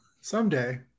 Someday